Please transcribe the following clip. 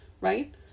right